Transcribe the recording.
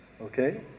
Okay